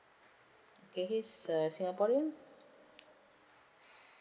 okay he is a singaporean